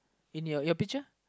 in your your picture